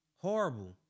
Horrible